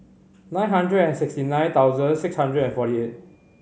nine hundred and sixty nine thousand six hundred and forty eight